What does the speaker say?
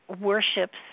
worships